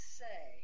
say